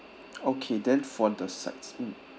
okay then for the sides mm